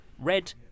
Red